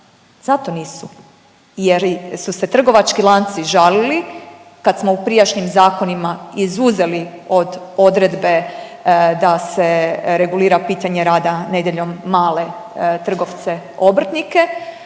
zato nisu. Jer su se trgovački lanci žalili kad smo u prijašnjim zakonima izuzeli od odredbe da se regulira pitanje rada nedjeljom male trgovce obrtnike